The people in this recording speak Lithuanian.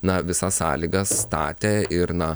na visas sąlygas statė ir na